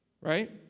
right